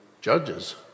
judges